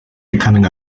becoming